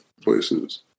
places